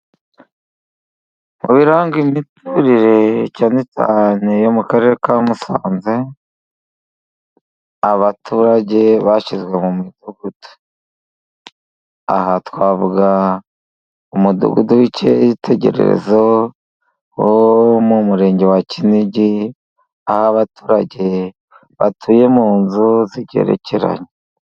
Mu biranga imiturire cyane cyane mu karere ka Musanze, abaturage bashyizwe mu mudugudu, aha twavuga umudugudu w'Icyitegererezo wo mu murenge wa Kinigi, aho abaturage batuye mu nzu zigerekeranye.